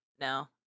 no